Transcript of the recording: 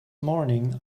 morning